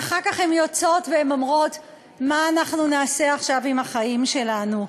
ואחר כך הן יוצאות והן אומרות: מה אנחנו נעשה עכשיו עם החיים שלנו?